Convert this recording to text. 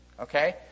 Okay